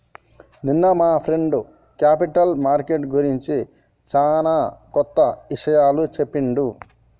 నిన్న మా friend capital market గురించి చానా కొత్త ఇషయాలు చెప్పిండు